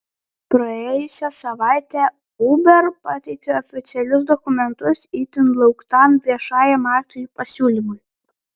praėjusią savaitę uber pateikė oficialius dokumentus itin lauktam viešajam akcijų pasiūlymui